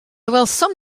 welsom